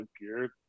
gear